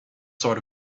sort